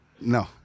No